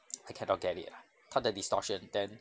I cannot get it ah 它的 distortion then